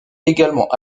également